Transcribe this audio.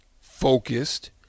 focused